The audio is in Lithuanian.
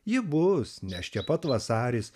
ji bus nes čia pat vasaris